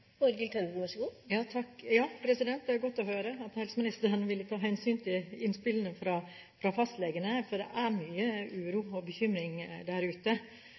Det er godt å høre at helseministeren vil ta hensyn til innspillene fra fastlegene, for det er blitt mye uro og bekymring der ute